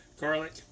garlic